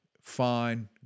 fine